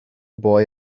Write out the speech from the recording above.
boy